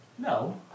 No